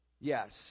Yes